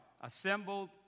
assembled